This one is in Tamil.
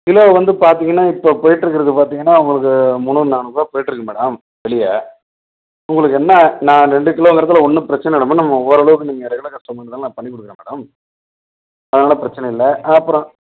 இல்லை வந்துப் பார்த்தீங்கன்னா இப்போ போயிட்டுருக்கிறதுப் பார்த்தீங்கன்னா உங்களுக்கு முந்நூறு நானூறுபா போயிட்டுருக்குது மேடம் வெளியே உங்களுக்கு என்ன நான் ரெண்டு கிலோங்கிறதுல ஒன்றும் பிரச்சனை இல்லை மேம் நம்ம ஓரளவுக்கு நீங்கள் ரெகுலர் கஸ்டமர்ங்கிறதால நான் பண்ணிக் கொடுக்குறேன் மேடம் அதனால் பிரச்சனை இல்லை அப்புறம்